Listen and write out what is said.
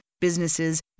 businesses